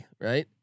right